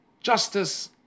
justice